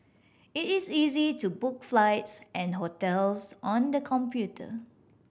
it is easy to book flights and hotels on the computer